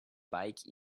bike